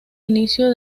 inicio